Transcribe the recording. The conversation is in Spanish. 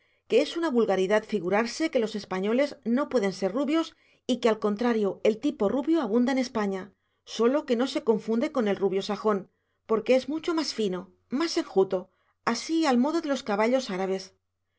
que es una vulgaridad figurarse que los españoles no pueden ser rubios y que al contrario el tipo rubio abunda en españa sólo que no se confunde con el rubio sajón porque es mucho más fino más enjuto así al modo de los caballos árabes